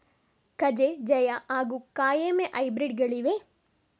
ಕಜೆ ಜಯ ಹಾಗೂ ಕಾಯಮೆ ಹೈಬ್ರಿಡ್ ಗಳಿವೆಯೇ?